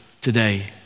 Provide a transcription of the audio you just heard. today